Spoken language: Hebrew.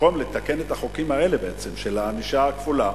בעצם במקום לתקן את החוקים האלה של הענישה הכפולה